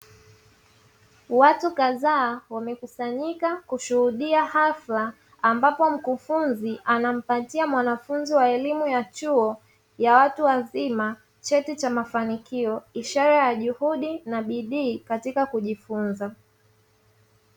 Watu kadhaa wamekusanyika kuhushuhudia hafla ambapo mkufunzi anampatia mwanafunzi wa elimu ya chuo ya watu wazima cheti cha mafanikio, ishara ya juhudi na bidii katika kujifunza.